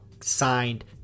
signed